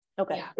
okay